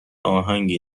اهنگی